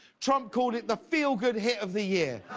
trump called the feel good hit of the year.